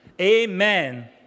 Amen